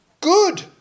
good